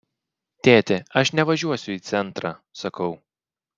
tėti aš nevažiuosiu į centrą sakau